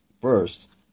first